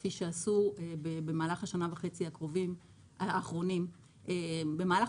כפי שעשו במהלך השנה וחצי האחרונות במהלך